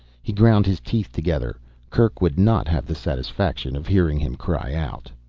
he ground his teeth together kerk would not have the satisfaction of hearing him cry out.